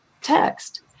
text